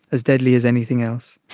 as deadly as anything else.